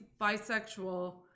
bisexual